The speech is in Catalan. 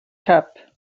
cap